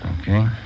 Okay